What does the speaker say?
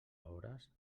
hores